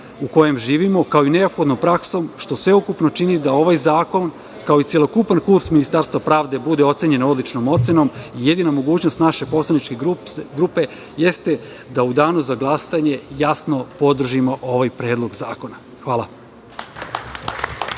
u kojem živimo, kao i neophodnom praksom, što sveukupno čini da ovaj zakon, kao i celokupni kurs Ministarstva pravde, bude ocenjen odličnom ocenom. Jedina mogućnost naše poslaničke grupe jeste da u Danu za glasanje jasno podržimo ovaj predlog zakona. Hvala.